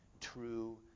true